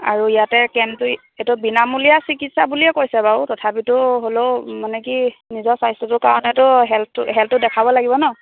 আৰু ইয়াতে কেম্পটো এইটো বিনামূলীয়া চিকিৎসা বুলিয়ে কৈছে বাৰু তথাপিতো হ'লেও মানে কি নিজৰ স্বাস্থ্যটোৰ কাৰণেতো হেল্থটো হেল্থটো দেখাব লাগিব ন